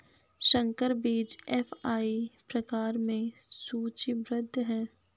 संकर बीज एफ.आई प्रकार में सूचीबद्ध है